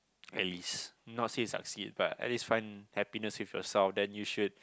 at least not say succeed but at least find happiness with yourself then you should